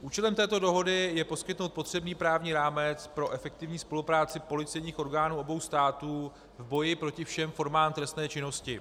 Účelem této dohody je poskytnout potřebný právní rámec pro efektivní spolupráci policejních orgánů obou států v boji proti všem formám trestné činnosti.